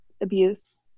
abuse